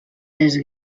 les